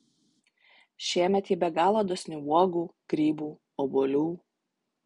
šiemet ji be galo dosni uogų grybų obuolių